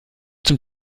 zum